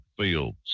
fields